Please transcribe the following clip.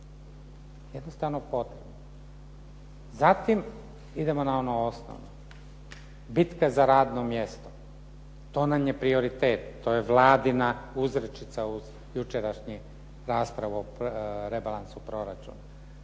Jednostavno potrebne. Zatim, idemo na ono osnovno. Bitka za radno mjesto, to nam je prioritet. To je Vladina uzrečica uz jučerašnju raspravu o rebalansu proračuna.